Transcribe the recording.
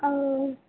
ଆଉ